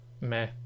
meh